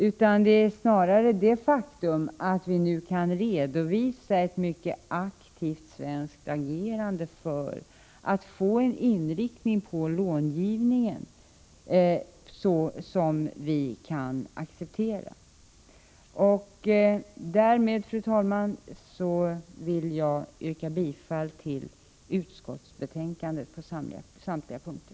Förklaringen är snarare det faktum att vi kan redovisa ett mycket aktivt svenskt agerande för att få en inriktning av långivningen som vi kan acceptera. Därmed, fru talman, vill jag yrka bifall till utskottets hemställan på samtliga punkter.